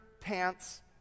pants